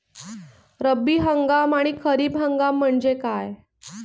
रब्बी हंगाम आणि खरीप हंगाम म्हणजे काय?